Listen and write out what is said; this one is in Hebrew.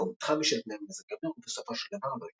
הביקור נדחה בשל תנאי מזג אוויר ובסופו של דבר לא התקיים.